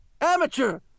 amateur